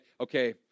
okay